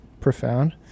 profound